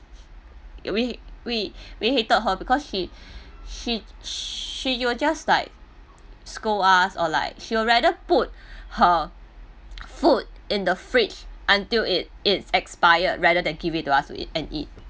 we we we hated her because she she she will just like scold us or like she would rather put her food in the fridge until it it's expired rather than give it to us to eat and eat